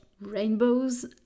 rainbows